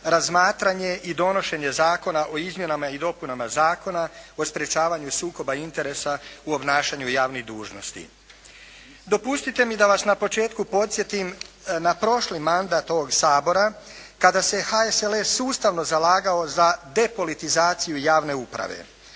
razmatranje i donošenje Zakona o izmjenama i dopunama Zakona o sprečavanju sukoba interesa u obnašanju javnih dužnosti. Dopustite mi da vas na početku podsjetim na prošli mandat ovog Sabora kada se HSLS sustavno zalagao za depolitizaciju javne uprave.